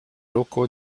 locaux